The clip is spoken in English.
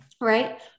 right